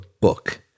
book